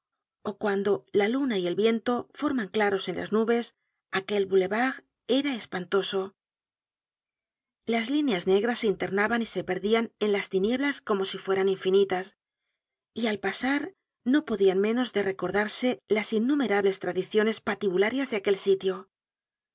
ó cuando la luna y el viento forman claros en las nubes aquel boulevard era espantoso las líneas negras se internaban y se perdian en las tinieblas como si fueran infinitas y al pasar no podian menos de recordarse las innumerables tradiciones patibularias de aquel sitio